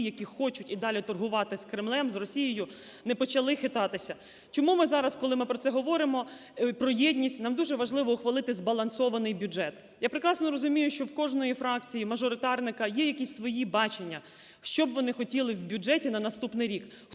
які хочуть і далі торгувати з Кремлем, з Росією, не почали хитатися. Чому ми зараз, коли ми про це говоримо, про єдність, нам дуже важливо ухвалити збалансований бюджет? Я прекрасно розумію, що в кожної в фракції, вмажоритарника є якісь свої бачення, що б вони хотіли в бюджеті на наступний рік.